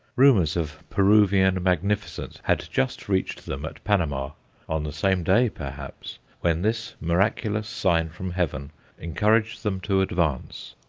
rumours of peruvian magnificence had just reached them at panama on the same day, perhaps when this miraculous sign from heaven encouraged them to advance.